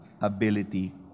ability